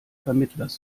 vermittlers